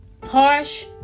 harsh